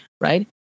Right